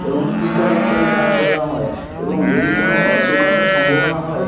এবং টিকা ইত্যাদি দান করানো হয় এবং যদি কোনো অসুখ আসার সম্ভাবনা হয়